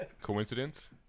Coincidence